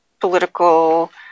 political